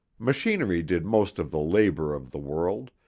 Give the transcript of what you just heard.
machinery did most of the labor of the world,